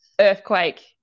earthquake